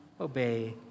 obey